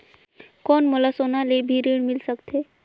कौन मोला सोना ले भी ऋण मिल सकथे?